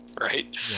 right